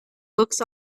looks